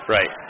Right